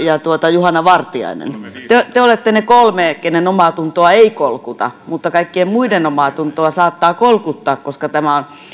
juhana vartiainen te te olette ne kolme keiden omaatuntoa ei kolkuta mutta kaikkien muiden omaatuntoa saattaa kolkuttaa koska tämä